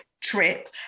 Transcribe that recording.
trip